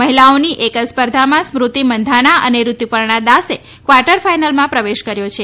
મહિલાઓની એકલ સ્પર્ધામાં સ્મૃતિ મંધાતા અને રીતુપર્ણા દાસે ક્વાર્ટર ફાઇનલમાં પ્રવેશ કર્યો છે